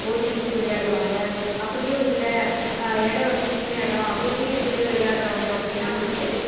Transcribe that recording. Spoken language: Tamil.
ஓடிப்பிடிச்சி விளையாடுவாங்க அப்படியும் இல்லை இடம் வந்து சின்ன இடம் ஒரு வீட்டுக்குள்ளே விளையாடுறாங்க அப்படினா வந்துட்டு